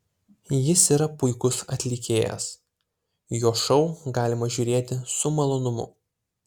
jis yra puikus atlikėjas jo šou galima žiūrėti su malonumu